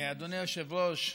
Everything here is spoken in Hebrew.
אדוני היושב-ראש,